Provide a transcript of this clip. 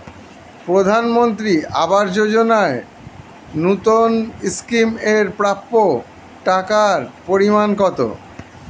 প্রধানমন্ত্রী আবাস যোজনায় নতুন স্কিম এর প্রাপ্য টাকার পরিমান কত?